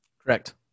Correct